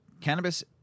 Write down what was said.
Cannabis